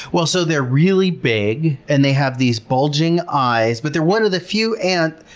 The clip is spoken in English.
well, so they're really big. and they have these bulging eyes, but they're one of the few ants